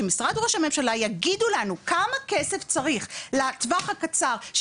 משרד ראש הממשלה יגידו לנו כמה כסף צריך לטווח הקצר,